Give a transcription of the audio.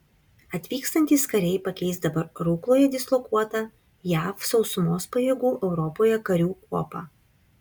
atvykstantys kariai pakeis dabar rukloje dislokuotą jav sausumos pajėgų europoje karių kuopą